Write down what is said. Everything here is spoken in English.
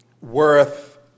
worth